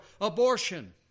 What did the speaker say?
abortion